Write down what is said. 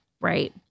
right